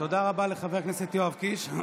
תודה רבה לחבר הכנסת יואב קיש.